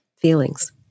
feelings